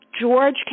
George